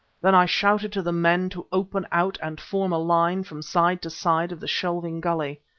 then i shouted to the men to open out and form a line from side to side of the shelving gulley.